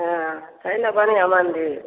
हँ छै ने बढ़िआँ मन्दिल